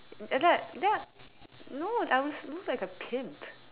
that that no I was looked like a pimp